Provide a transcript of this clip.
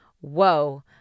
whoa